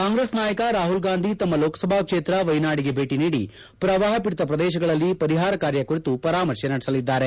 ಕಾಂಗ್ರೆಸ್ ನಾಯಕ ರಾಹುಲ್ ಗಾಂಧಿ ತಮ್ಮ ಲೋಕಸಭಾ ಕ್ಷೇತ್ರ ವಯನಾಡಿಗೆ ಭೇಟ ನೀಡಿ ಪ್ರವಾಹ ಪೀಡಿತ ಪ್ರದೇಶಗಳಲ್ಲಿ ಪರಿಹಾರ ಕಾರ್ಯ ಕುರಿತು ಪರಾಮರ್ಶೆ ನಡೆಸಲಿದ್ದಾರೆ